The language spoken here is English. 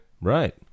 Right